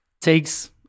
takes